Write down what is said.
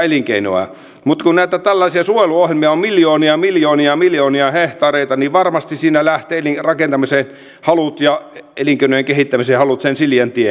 mutta kun näitä tällaisia suojeluohjelmia on miljoonia ja miljoonia ja miljoonia hehtaareita niin varmasti siinä lähtevät rakentamisen halut ja elinkeinojen kehittämisen halut sen sileän tien